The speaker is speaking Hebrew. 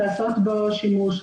לעשות בו שימוש.